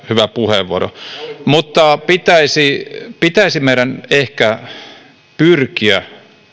hyvä puheenvuoro mutta pitäisi pitäisi meidän ehkä pyrkiä